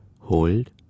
Hold